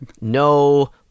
no